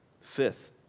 Fifth